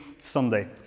Sunday